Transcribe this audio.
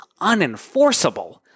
unenforceable